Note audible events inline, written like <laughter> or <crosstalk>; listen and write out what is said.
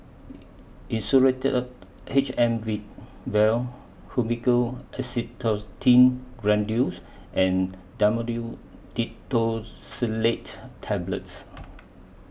Insulatard H M V Vial Fluimucil Acetylcysteine Granules and Dhamotil <unintelligible> Tablets